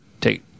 take –